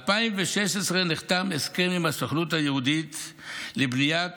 ב-2016 נחתם הסכם עם הסוכנות היהודית לבניית